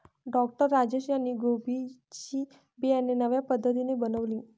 doctor Rajesh यांनी कोबी ची बियाणे नव्या पद्धतीने बनवली